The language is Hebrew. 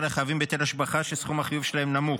לחייבים בהיטל השבחה שסכום החיוב שלהם נמוך.